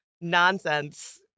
nonsense